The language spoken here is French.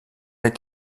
est